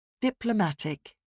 Diplomatic